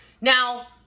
Now